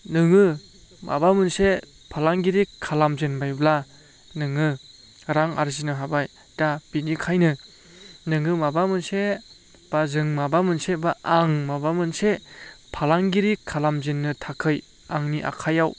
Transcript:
नोङो माबा मोनसे फालांगिरि खालाम जेनबायब्ला नोङो रां आरजिनो हाबाय दा बिनिखायनो नोङो माबा मोनसे एबा जों माबा मोनसे एबा आं माबा मोनसे फालांगिरि खालामजेननो थाखै आंनि आखायाव